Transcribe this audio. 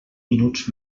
minuts